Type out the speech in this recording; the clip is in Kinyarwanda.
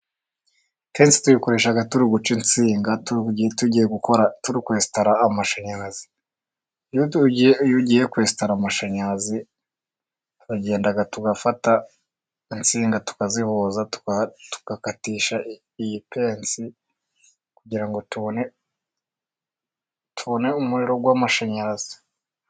Ipensi tuyikoresha turi guca insinga tugiye gukora, turi kwesitara amashanyarazi. Iyo tugiye kwesitara amashanyarazi, turagenda tugafata insinga tukazihuza tugakatisha iyi pensi kugira ngo tubone umuriro w'amashanyarazi.